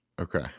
Okay